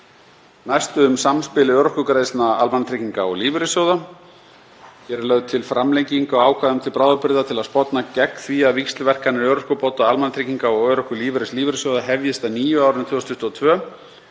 Næst um samspil örorkugreiðslna almannatrygginga og lífeyrissjóða. Hér er lögð til framlenging á ákvæðum til bráðabirgða til að sporna gegn því að víxlverkanir örorkubóta almannatrygginga og örorkulífeyris lífeyrissjóða hefjist að nýju á árinu 2022.